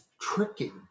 tricking